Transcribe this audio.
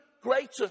greater